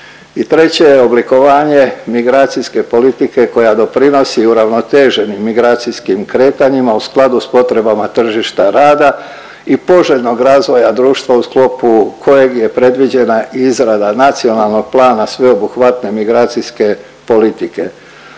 treće je oblikovanje migracijske politike koja doprinosi uravnoteženim migracijskih kretanjima u skladu s potrebama tržišta rada i poželjnog razvoja društva u sklopu kojeg je predviđena izrada nacionalnog plana sveobuhvatne migracijske politike.